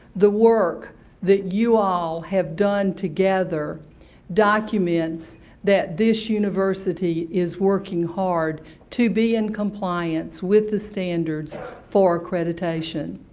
the work that you all have done together documents that this university is working hard to be in compliance with the standards for accreditation.